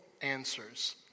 answers